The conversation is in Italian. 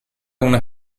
una